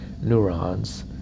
neurons